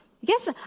Yes